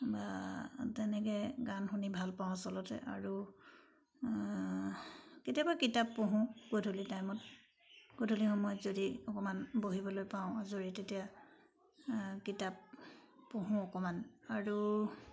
বা তেনেকৈ গান শুনি ভাল পাওঁ আচলতে আৰু কেতিয়াবা কিতাপ পঢ়োঁ গধূলি টাইমত গধূলি সময়ত যদি অকণমান বহিবলৈ পাওঁ আজৰি তেতিয়া কিতাপ পঢ়োঁ অকণমান আৰু